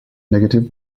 negative